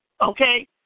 okay